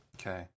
Okay